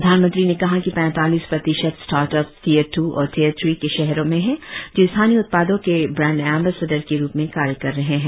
प्रधानमंत्री ने कहा कि पैतालीस प्रतिशत स्टार्टअप्स टीयर टू और टीयर थ्री के शहरों में हैं जो स्थानीय उत्पादों के ब्रैंड एम्बैसडर के रूप में कार्य कर रहे हैं